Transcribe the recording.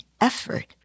effort